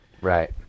Right